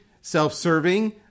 self-serving